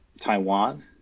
Taiwan